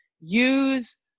use